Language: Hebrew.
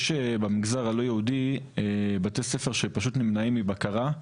יש במגזר הלא יהודי בתי ספר שפשוט נמנעים מבקרה,